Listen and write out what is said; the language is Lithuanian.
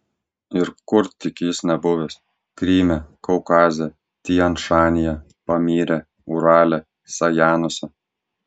ir kur tik jis nebuvęs kryme kaukaze tian šanyje pamyre urale sajanuose